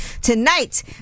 Tonight